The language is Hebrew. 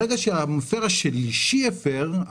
ברגע שהמוסר השלישי הפר,